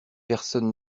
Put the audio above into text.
personne